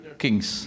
kings